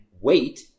wait